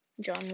John